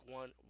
one